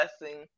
blessing